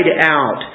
out